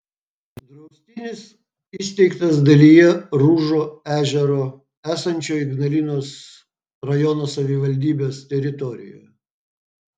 draustinis įsteigtas dalyje rūžo ežero esančio ignalinos rajono savivaldybės teritorijoje